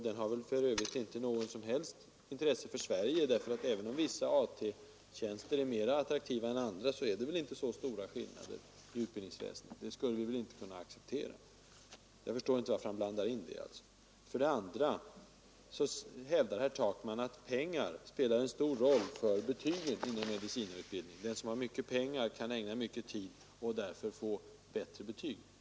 Den har för övrigt inte något som helst intresse för oss här i Sverige, ty även om vissa AT-tjänster är mera attraktiva än andra, har vi ändå inte så stora skillnader i utbildningsväsendet. Det skulle vi inte acceptera. Jag förstår därför inte varför herr Takman blandar in den saken i debatten. För det andra hävdade herr Takman att tillgången på pengar spelar en stor roll för betygen inom medicinarutbildningen. Den som har mycket pengar kan ägna mycken tid åt utbildningen och därmed få bättre betyg.